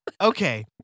Okay